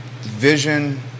vision